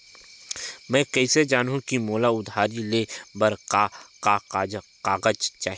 मैं कइसे जानहुँ कि मोला उधारी ले बर का का कागज चाही?